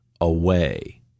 away